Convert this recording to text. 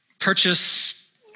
Purchase